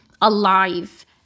alive